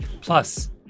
Plus